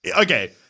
Okay